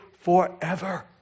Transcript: forever